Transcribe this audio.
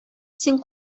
син